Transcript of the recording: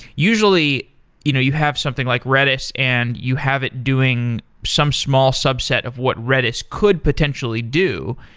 usually you know you have something like redis and you have it doing some small subset of what redis could potentially do,